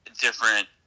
different